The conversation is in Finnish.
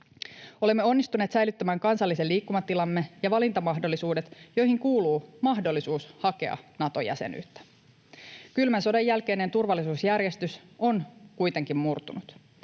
Olemme onnistuneet säilyttämään kansallisen liikkumatilamme ja valintamahdollisuudet, joihin kuuluu mahdollisuus hakea Naton jäsenyyttä. Kylmän sodan jälkeinen turvallisuusjärjestys on kuitenkin murtunut.